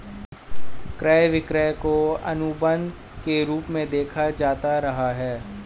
क्रय विक्रय को अनुबन्ध के रूप में देखा जाता रहा है